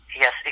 Yes